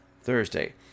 Thursday